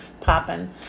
popping